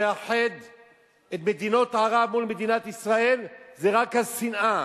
מה שמאחד את מדינות ערב מול מדינת ישראל זה רק השנאה.